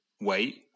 wait